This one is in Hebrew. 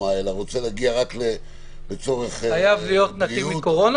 אלא רוצה להגיע רק לצורך בריאות --- הוא חייב להיות נקי מקורונה.